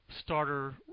starter